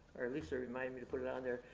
or at least to remind me to put it on there.